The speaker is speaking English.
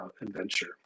adventure